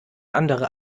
andere